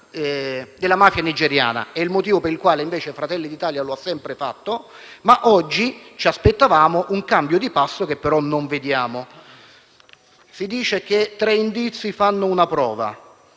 della mafia nigeriana ed è il motivo per cui invece Fratelli d'Italia lo ha sempre fatto. Oggi però ci aspettavamo un cambio di passo che invece non vediamo. Si dice che tre indizi fanno una prova